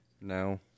No